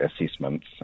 assessments